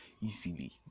easily